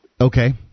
Okay